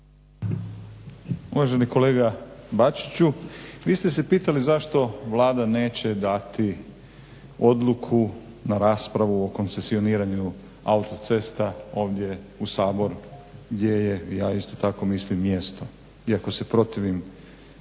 Uvaženi kolega Bačiću, vi ste se pitali zašto Vlada neće dati odluku na raspravu o koncesioniranju autocesta ovdje u saboru gdje je i ja isto tako mislim mjesto, iako se protivim